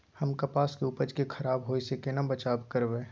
हम कपास के उपज के खराब होय से केना बचाव करबै?